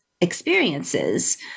experiences